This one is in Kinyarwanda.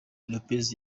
lopez